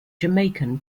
jamaican